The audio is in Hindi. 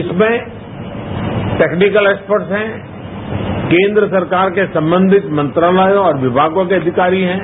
इसमें टेक्नीकल एक्सपर्ट हैं केंद्र सरकार से संबंधित मंत्रालयों और विभागों के अधिकारी हैं